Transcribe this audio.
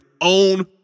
own